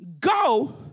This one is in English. Go